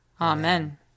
Amen